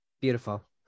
beautiful